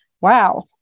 wow